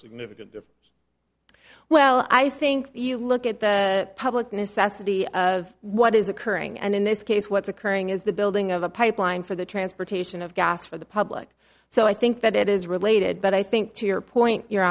significant well i think you look at the public necessity of what is occurring and in this case what's occurring is the building of a pipeline for the transportation of gas for the public so i think that it is related but i think to your point your